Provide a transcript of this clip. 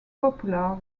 popular